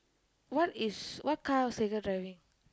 what is what car Sekar driving